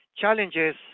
challenges